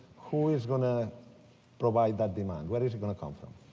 who is gonna provide that demand? where is it gonna come from?